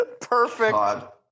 Perfect